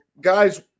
guys